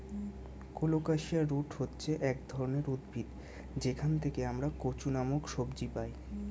colocasia root হচ্ছে এক ধরনের উদ্ভিদ যেখান থেকে আমরা কচু নামক সবজি পাই